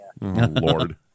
Lord